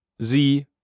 Sie